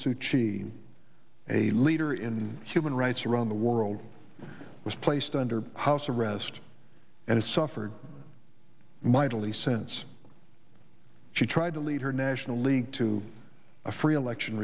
kyi a leader in human rights around the world was placed under house arrest and suffered mightily since she tried to lead her national league to a free election